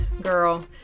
Girl